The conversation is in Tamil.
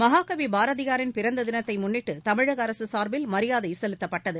மகாகவி பாரதியாரின் பிறந்த தினத்தை முன்னிட்டு தமிழக அரசு சார்பில் மரியாதை செலுத்தப்பட்டது